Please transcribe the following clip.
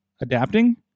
adapting